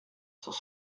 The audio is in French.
sans